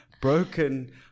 broken